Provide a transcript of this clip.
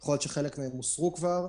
יכול להיות שחלק הוסרו כבר,